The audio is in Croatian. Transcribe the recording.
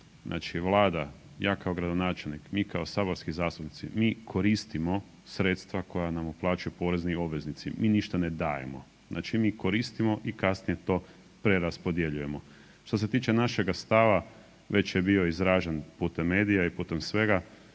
Znači Vlada, ja kao gradonačelnik, mi kao saborski zastupnici, mi koristimo sredstva koja nam uplaćuju porezni obveznici, mi ništa ne dajemo, znači mi koristimo i kasnije to preraspodjeljujemo. Što se tiče našega stava, već je bio izražen putem medija i putem svega,